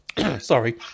Sorry